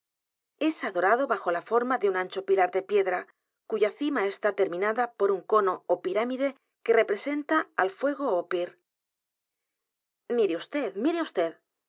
es adorado bajo la forma cuatro bestias en una de un ancho pilar de piedra cuya cima está terminada por un cono ó pirámide que representa el fuego ó pyr mire vd mire